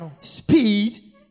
Speed